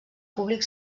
públic